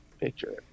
Picture